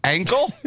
Ankle